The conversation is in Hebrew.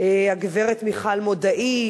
הגברת מיכל מודעי.